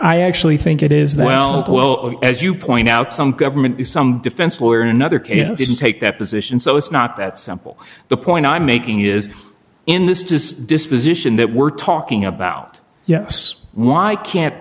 actually think it is though as you point out some government is some defense lawyer in another case didn't take that position so it's not that simple the point i'm making is in this does disposition that we're talking about yes why can't